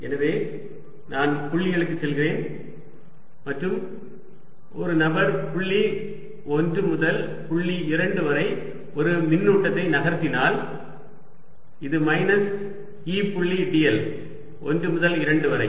எனவே நான் புள்ளிகளுக்குச் செல்கிறேன் மற்றும் ஒரு நபர் புள்ளி 1 முதல் புள்ளி 2 வரை ஒரு மின்னூட்டத்தை நகர்த்தினால் இது மைனஸ் E புள்ளி dl 1 முதல் 2 வரை